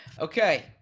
Okay